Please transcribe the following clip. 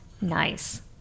nice